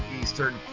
Eastern